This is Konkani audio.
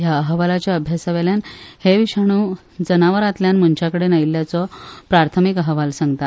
ह्या अहवालाच्या अभ्यासावेल्यान हे विशाणु जनावरातल्यान मनशाकडेन आयिल्ल्याचो प्राथनिक अहवाल सांगता